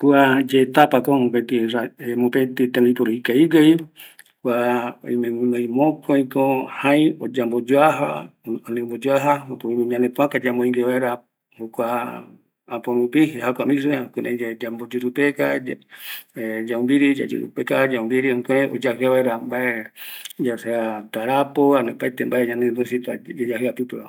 Kua yetapako jae mopetɨ tembiporu ikavigueva, oimeko guinoi jaï, yamboyoaja jare ñanepoaka yamboingue jeja rupi, jukurai yambo yurupeka, yaumbiri, jukurai oyajɨa vaera mbae, tarapo ani oiptague yayajɨa vaera